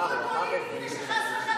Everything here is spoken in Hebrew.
ראש הוועדה